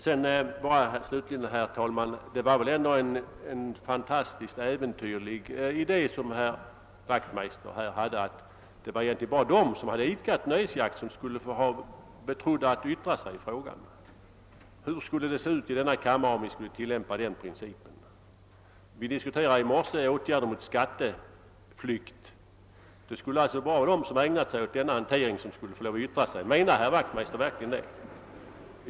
Slutligen vill jag, herr talman, säga att det väl ändå var en fantastiskt äventyrlig idé som herr Wachtmeister här framförde, nämligen att det bara var de som idkat nöjesjakt som skulle vara betrodda med att yttra sig i frågan. Hur skulle det se ut i denna kammare, om vi skulle tillämpa den principen? Vi diskuterade i morse åtgärder mot skatteflykten. Då skulle alltså bara de som, ägnat sig åt denna hantering fått yttra sig. Menar herr Wachtmeister verkligen det?